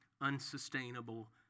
unsustainable